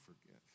forgive